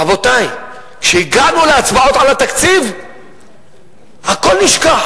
רבותי, כשהגענו להצבעות על התקציב הכול נשכח.